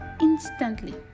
instantly